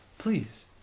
Please